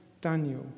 Daniel